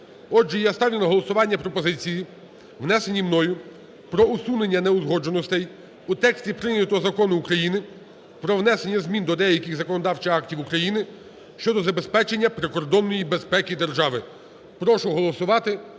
Отже, я ставлю на голосування пропозиції внесені мною про усунення неузгодженостей у тексті прийнятого Закону України "Про внесення змін до деяких законодавчих актів України щодо забезпечення прикордонної безпеки держави". Прошу голосувати